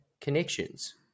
connections